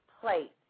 plate